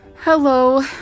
hello